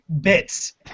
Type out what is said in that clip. bits